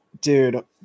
dude